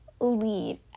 lead